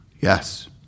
Yes